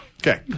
Okay